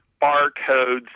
barcodes